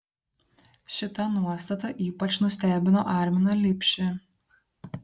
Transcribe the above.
šita nuostata ypač nustebino arminą lipšį